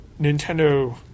Nintendo